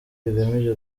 bigamije